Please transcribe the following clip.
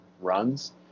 runs